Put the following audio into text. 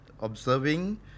observing